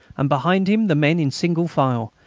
and behind him the men, in single file,